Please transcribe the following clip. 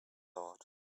thought